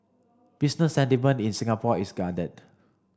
business sentiment in Singapore is guarded